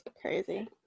crazy